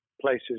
places